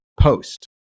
post